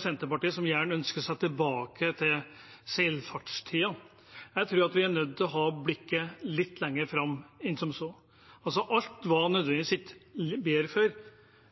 Senterpartiet, som gjerne ønsker seg tilbake til seilskutetiden. Jeg tror vi er nødt til å ha blikket litt lenger fram enn som så. Alt var ikke nødvendigvis bedre